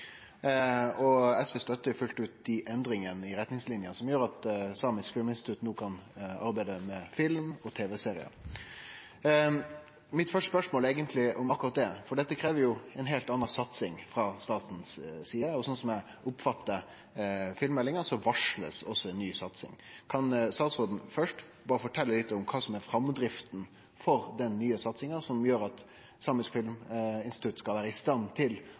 og SV støttar fullt ut dei endringane i retningslinene som gjer at Internasjonalt Samisk Filminstitutt no kan arbeide med film og TV-seriar. Mitt første spørsmål gjeld eigentleg akkurat det, for dette krev jo ei heilt anna satsing frå staten si side, og sånn som eg oppfattar filmmeldinga, varslar ein også ei ny satsing. Kan statsråden først fortelje litt om framdrifta for den nye satsinga, kva som gjer at Internasjonalt Samisk Filminstitutt skal vere i stand til